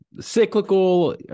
cyclical